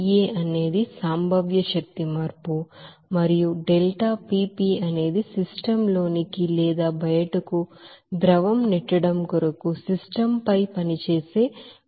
ΔPE అనేది potential energy change మరియు ΔPVఅనేది సిస్టమ్ లోనికి లేదా బయటకు ద్రవం నెట్టడం కొరకు సిస్టమ్ పై పనిచేసే ఫ్లో వర్క్ అని మీకు తెలుసు